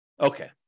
Okay